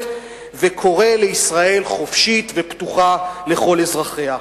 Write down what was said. וקורא לישראל חופשית ופתוחה לכל אזרחיה.